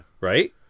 right